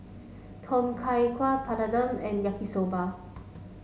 Tom Kha Gai Papadum and Yaki Soba